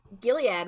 Gilead